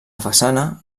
façana